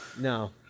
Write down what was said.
No